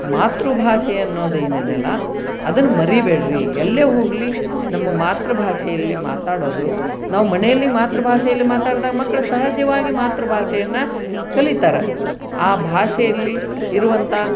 ಮಾತೃ ಭಾಷೆ ಅನ್ನೋ್ದು ಏನಿದೆಯಲ್ಲ ಅದನ್ನು ಮರಿಬೇಡ್ರಿ ಎಲ್ಲೇ ಹೋಗಲಿ ನಮ್ಮ ಮಾತೃ ಭಾಷೆಯಲ್ಲಿ ಮಾತಾಡೋದು ನಾವು ಮನೆಯಲ್ಲಿ ಮಾತೃ ಭಾಷೆಯಲ್ಲಿ ಮಾತಾಡ್ದಾಗ ಮಕ್ಕಳು ಸಹಜವಾಗಿ ಮಾತೃ ಭಾಷೆಯನ್ನು ಕಲಿತಾರೆ ಆ ಭಾಷೆಯಲ್ಲಿ ಇರುವಂತ